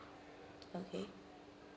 okay